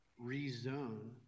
rezone